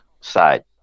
side